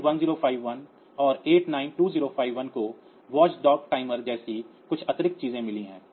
891051 और 892051 को watchdog timer जैसी कुछ अतिरिक्त चीजें मिली हैं